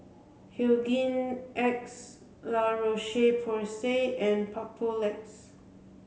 Hygin X La Roche Porsay and Papulex